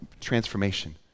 transformation